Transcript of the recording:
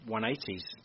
180s